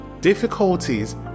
Difficulties